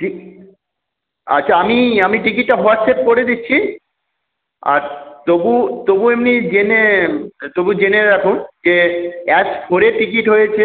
ঠিক আচ্ছা আমি আমি টিকিটটা হোয়াটস্যাপ করে দিচ্ছি আর তবু তবু এমনি জেনে তবু জেনে রাখুন যে এক ফ্লোরে টিকিট হয়েছে